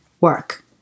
work